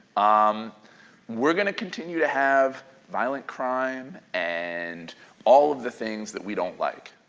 um we're going to continue to have violent crime and all of the things that we don't like.